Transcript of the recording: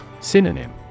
Synonym